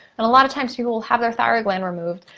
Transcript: and a lot of times people will have their thyroid gland removed,